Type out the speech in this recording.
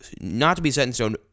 not-to-be-set-in-stone